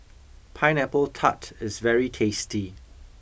Pineapple Tart is very tasty